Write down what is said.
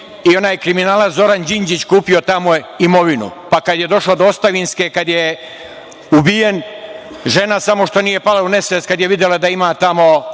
i onaj kriminalac Zoran Đinđić kupio tamo imovinu, pa kad je došlo do ostavinske, kad je ubijen, žena samo što nije pala u nesvest kad je videla da ima tamo